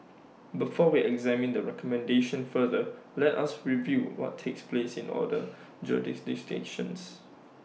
before we examine the recommendation further let us review what takes place in other jurisdictions